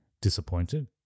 disappointed